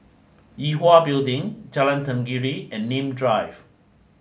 Yue Hwa Building Jalan Tenggiri and Nim Drive